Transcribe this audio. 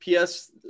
ps